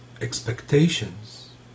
expectations